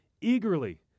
eagerly